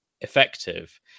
effective